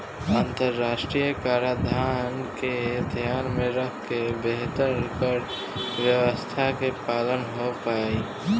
अंतरराष्ट्रीय कराधान के ध्यान में रखकर बेहतर कर व्यावस्था के पालन हो पाईल